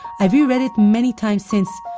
i've reread it many times since,